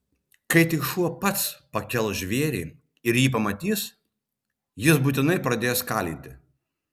kai tik šuo pats pakels žvėrį ir jį pamatys jis būtinai pradės skalyti